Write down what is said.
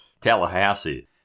Tallahassee